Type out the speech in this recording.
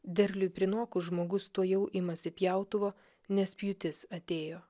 derliui prinokus žmogus tuojau imasi pjautuvo nes pjūtis atėjo